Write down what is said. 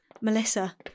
Melissa